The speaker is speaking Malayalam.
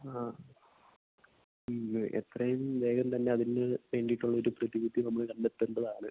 ആ ഇന്ന് എത്രയും വേഗം തന്നെ അതിന് വേണ്ടിയിട്ടുള്ളൊരു പ്രതിവിധി നമ്മൾ കണ്ടെത്തേണ്ടതാണ്